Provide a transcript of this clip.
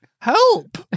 Help